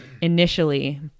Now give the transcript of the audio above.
initially